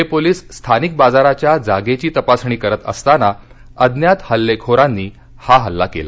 हे पोलीस स्थानिक बाजाराच्या जागेची तपासणी करत असताना अज्ञात हल्लेखोरांनी हा हल्ला केला